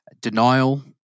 denial